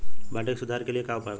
माटी के सुधार के लिए का उपाय बा?